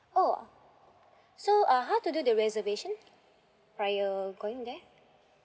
oh so uh how to do the reservation prior going there